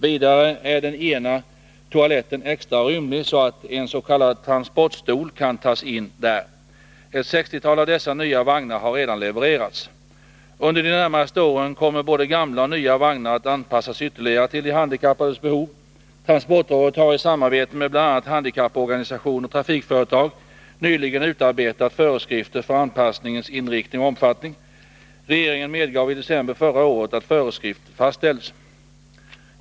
Vidare är den ena toaletten extra rymlig, så att en s.k. transportstol kan tas in där. Ett sextiotal av dessa nya vagnar har redan levererats. Under de närmaste åren kommer både gamla och nya vagnar att anpassas ytterligare till de handikappades behov. Transportrådet har i samarbete med bl.a. handikapporganisationer och trafikföretag nyligen utarbetat föreskrifter för anpassningens inriktning och omfattning. Regeringen medgav i december förra året att föreskrifterna fastställs.